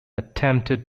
attempted